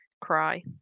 Cry